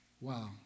Wow